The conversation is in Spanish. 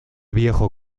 viejo